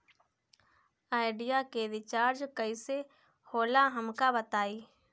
Idea के recharge कईसे होला हमका बताई?